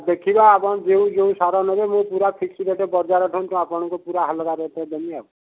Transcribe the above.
ଦେଖିବା ଆପଣ ଯେଉଁ ଯେଉଁ ସାର ନେବେ ମୁଁ ପୁରା ଫିକ୍ସ ରେଟ୍ ବଜାର ଠୁ ଆପଣଙ୍କୁ ପୂରା ଅଲଗା ରେଟ୍ରେ ଦେମି ଆଉ